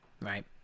right